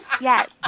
yes